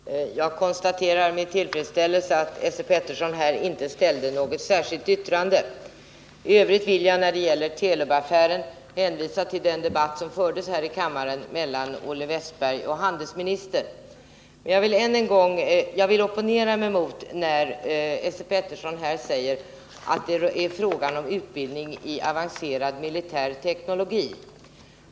Herr talman! Jag konstaterar med tillfredsställelse att Esse Petersson inte framställde något särskilt yrkande. När det gäller Telubaffären hänvisar jag till den debatt som här i kammaren fördes mellan Olle Wästberg i Stockholm och handelsministern. Men jag vill opponera mig mot Esse Peterssons uttalande att det är fråga om utbildning i avancerad militär teknologi.